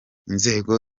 inzego